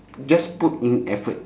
just put in effort